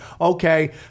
okay